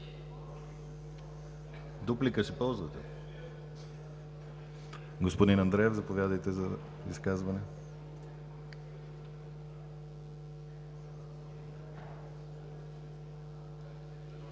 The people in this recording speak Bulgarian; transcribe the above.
Дуплика ще ползвате ли? Господин Андреев, заповядайте за изказване.